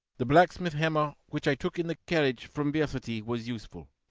the blacksmith hammer which i took in the carriage from veresti was useful